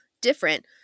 different